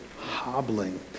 hobbling